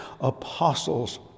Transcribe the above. apostles